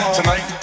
Tonight